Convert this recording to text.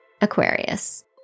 Aquarius